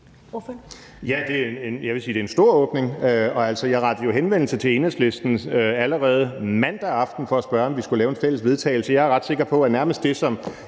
Jeg vil sige, det er en stor åbning. Jeg rettede jo henvendelse til Enhedslisten allerede mandag aften for at spørge, om vi skulle lave en fælles vedtagelsestekst. Jeg er ret sikker på, at det, som